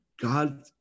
God